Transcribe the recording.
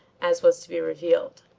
as was to be revealed.